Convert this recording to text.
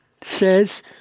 says